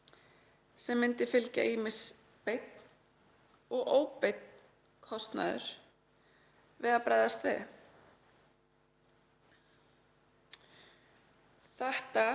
Sem myndi fylgja ýmis beinn og óbeinn kostnaður við að bregðast við.“ Prestar